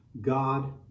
God